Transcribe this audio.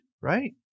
right